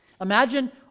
Imagine